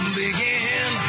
begin